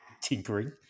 tinkering